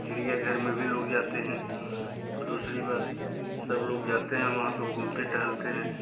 चिड़ियाघर में भी लोग जाते हैं दूसरी बात सब लोग जाते हैं वहाँ पे घूमते टहलते हैं